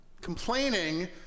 complaining